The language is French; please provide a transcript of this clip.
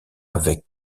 avec